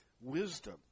wisdom